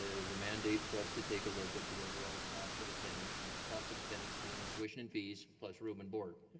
there's a mandate for us to take a look at the overall cost of attendance. and cost of attendance being tuition and fees plus room and board.